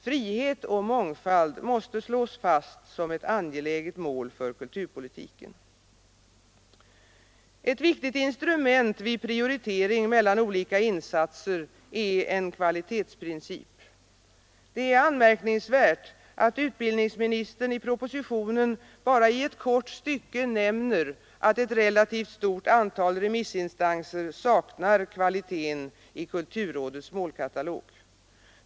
Frihet och mångfald måste slås fast som ett angeläget mål för kulturpolitiken. Ett viktigt instrument vid prioritering mellan olika insatser är en kvalitetsprincip. Det är anmärkningsvärt att utbildningsministern i propositionen bara i ett kort stycke nämner att ett relativt stort antal remissinstanser saknar kvaliteten i kulturrådets målkatalog.